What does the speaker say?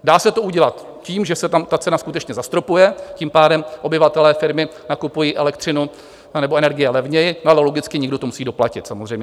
Dá se to udělat tím, že se tam ta cena skutečně zastropuje, tím pádem obyvatelé, firmy nakupují elektřinu anebo energie levněji, ale logicky někdo to musí doplatit samozřejmě.